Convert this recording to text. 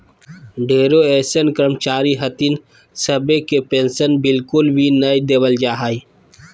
ढेरो अइसन कर्मचारी हथिन सभे के पेन्शन बिल्कुल भी नय देवल जा हय